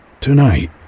tonight